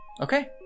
Okay